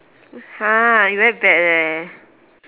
!huh! you very bad leh